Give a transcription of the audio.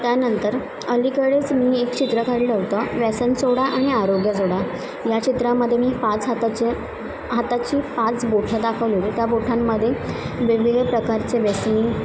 त्यानंतर अलीकडेच मी एक चित्र काढी लवतो व्यासन सोडा आणि आरोग्या चोडा या चित्रामदे मी पाच हाताचे हाताची पाच बोठं दाखव त्या बोठांमदे वेगवेगळ्या प्रकारचे वेस